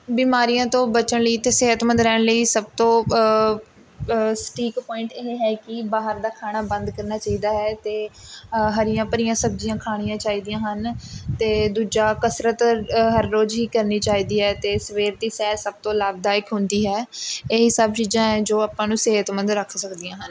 ਬਿਮਾਰੀਆਂ ਤੋਂ ਬਚਣ ਲਈ ਅਤੇ ਸਿਹਤਮੰਦ ਰਹਿਣ ਲਈ ਸਭ ਤੋਂ ਸਟੀਕ ਪੁਆਇੰਟ ਇਹ ਹੈ ਕਿ ਬਾਹਰ ਦਾ ਖਾਣਾ ਬੰਦ ਕਰਨਾ ਚਾਹੀਦਾ ਹੈ ਅਤੇ ਹਰੀਆਂ ਭਰੀਆਂ ਸਬਜ਼ੀਆਂ ਖਾਣੀਆਂ ਚਾਹੀਦੀਆਂ ਹਨ ਅਤੇ ਦੂਜਾ ਕਸਰਤ ਹਰ ਰੋਜ਼ ਹੀ ਕਰਨੀ ਚਾਹੀਦੀ ਹੈ ਅਤੇ ਸਵੇਰ ਦੀ ਸੈਰ ਸਭ ਤੋਂ ਲਾਭਦਾਇਕ ਹੁੰਦੀ ਹੈ ਇਹੀ ਸਭ ਚੀਜ਼ਾਂ ਹੈ ਜੋ ਆਪਾਂ ਨੂੰ ਸਿਹਤਮੰਦ ਰੱਖ ਸਕਦੀਆਂ ਹਨ